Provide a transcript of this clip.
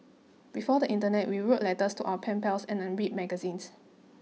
before the internet we wrote letters to our pen pals and unread magazines